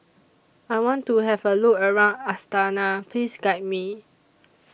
I want to Have A Look around Astana Please Guide Me